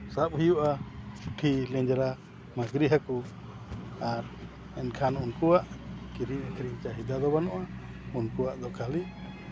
ᱥᱟᱵ ᱦᱩᱭᱩᱜᱼᱟ ᱯᱩᱴᱷᱤ ᱞᱮᱧᱡᱽᱨᱟ ᱢᱟᱹᱜᱽᱨᱤ ᱦᱟᱹᱠᱩ ᱟᱨ ᱢᱮᱱᱠᱷᱟᱱ ᱩᱱᱠᱩᱣᱟᱜ ᱠᱤᱨᱤᱧᱼᱟᱹᱠᱷᱨᱤᱧ ᱪᱟᱹᱦᱤᱫᱟ ᱫᱚ ᱵᱟᱹᱱᱩᱜᱼᱟ ᱩᱱᱠᱩᱣᱟᱜ ᱫᱚ ᱠᱷᱟᱹᱞᱤ